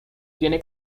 tiene